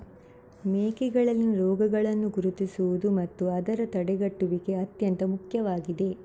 ಮೇಕೆಗಳಲ್ಲಿನ ರೋಗಗಳನ್ನು ಗುರುತಿಸುವುದು ಮತ್ತು ಅದರ ತಡೆಗಟ್ಟುವಿಕೆ ಅತ್ಯಂತ ಮುಖ್ಯವಾಗಿದೆ